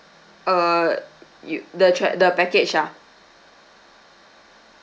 err you the tr~ the package ah